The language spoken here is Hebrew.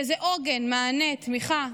איזה עוגן, מענה, תמיכה.